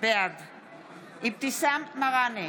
בעד אבתיסאם מראענה,